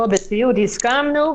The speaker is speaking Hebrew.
פה בסיעוד הסכמנו,